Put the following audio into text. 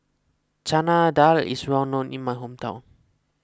Chana Dal is well known in my hometown